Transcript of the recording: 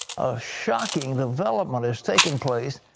a shocking development is taking place,